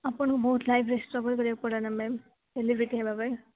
ଆପଣଙ୍କୁ ବହୁତ ଲାଇଫ୍ରେ ଷ୍ଟ୍ରଗଲ୍ କରି ବାକୁ ପଡ଼େ ନା ମ୍ୟାମ୍ ସେଲିବ୍ରେଟି ହେବା ପାଇଁ